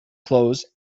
close